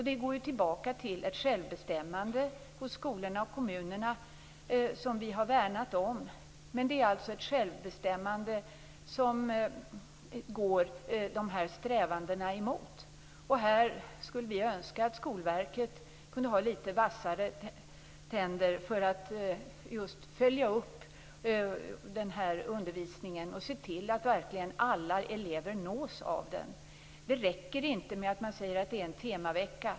Det går tillbaka till ett självbestämmande hos skolorna och kommunerna som vi har värnat om, men det är alltså ett självbestämmande som går de här strävandena emot. Här skulle vi önska att Skolverket kunde ha litet vassare tänder för att just följa upp den här undervisningen och se till att alla elever verkligen nås av den. Det räcker inte med att säga att det är en temavecka.